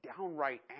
downright